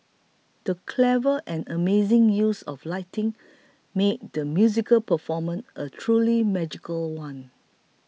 the clever and amazing use of lighting made the musical performance a truly magical one